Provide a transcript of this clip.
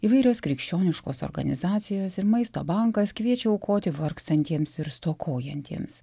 įvairios krikščioniškos organizacijos ir maisto bankas kviečia aukoti vargstantiems ir stokojantiems